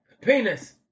Penis